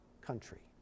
country